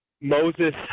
Moses